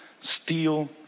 Steal